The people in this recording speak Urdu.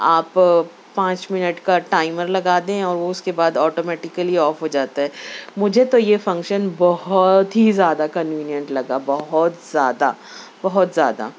آپ پانچ منٹ کا ٹائمر لگا دیں اور وہ اُس کے بعد آٹو میٹکلی آف ہوجاتا ہے مجھے تو یہ فنکشن بہت ہی زیادہ کنوینینٹ لگا بہت زیادہ بہت زیادہ